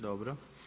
Dobro.